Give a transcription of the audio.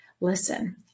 Listen